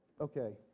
Okay